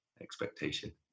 expectation